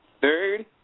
Third